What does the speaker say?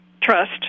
trust